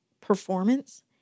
performance